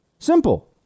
Simple